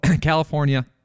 California